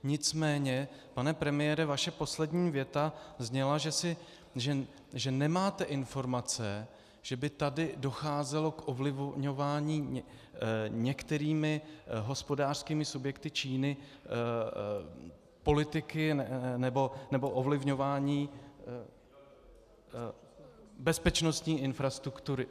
Nicméně pane premiére, vaše poslední věta zněla, že nemáte informace, že by tady docházelo k ovlivňování některými hospodářskými subjekty Číny politiky nebo ovlivňování bezpečnostní infrastruktury.